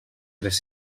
tres